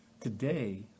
Today